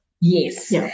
Yes